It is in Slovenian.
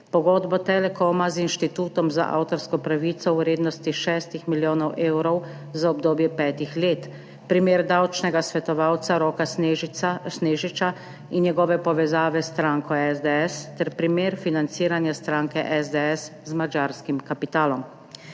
pogodbo Telekoma z Inštitutom za avtorsko pravico v vrednosti šest milijonov evrov za obdobje petih let, primer davčnega svetovalca Roka Snežiča in njegove povezave s stranko SDS ter primer financiranja stranke SDS z madžarskim kapitalom.